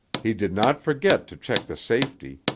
he did not forget to check the safety,